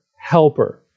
helper